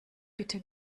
bitte